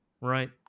right